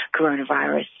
coronavirus